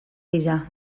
dira